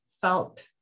felt